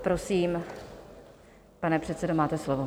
Prosím, pane předsedo, máte slovo.